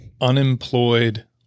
unemployed